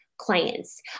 Clients